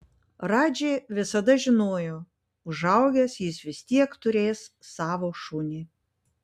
radži visada žinojo užaugęs jis vis tiek turės savo šunį